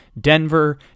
Denver